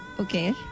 Okay